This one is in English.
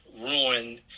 ruin